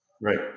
Right